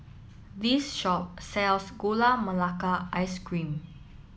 this shop sells gula melaka ice cream